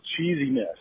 cheesiness